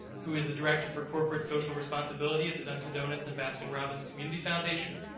who is the director for corporate social responsibility at the dunkin donuts and baskin robbins community foundation.